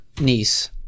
Niece